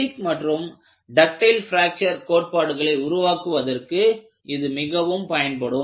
பெட்டிக் மற்றும் ductile fracture கோட்பாடுகளை உருவாக்குவதற்கு இது மிகவும் பயன்படும்